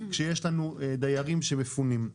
כשיש לנו דיירים שמפונים.